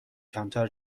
کمتر